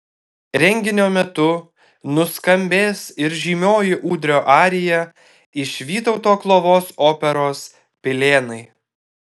renginio metu nuskambės ir žymioji ūdrio arija iš vytauto klovos operos pilėnai